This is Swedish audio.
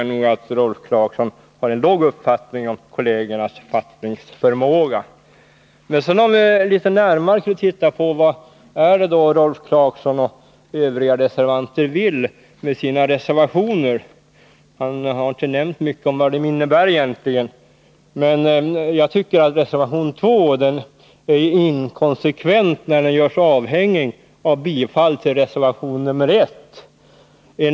Anser Rolf Clarkson det, tror jag han har en låg uppfattning om kollegernas fattningsförmåga. Låt oss så litet närmare titta på vad det är Rolf Clarkson och övriga reservanter vill med sina reservationer — han har inte nämnt mycket om vad de egentligen innebär. Jag tycker att reservation 2 är inkonsekvent när den görs avhängig av bifall till reservation 1.